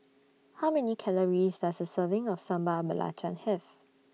How Many Calories Does A Serving of Sambal Belacan Have